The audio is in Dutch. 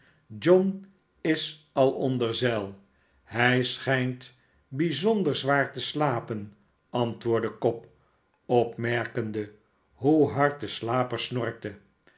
john is al onder zeil hij schijnt bijzonder zwaar teslapen antwoordde cobb opmerkende hoe hard de slaper snorkte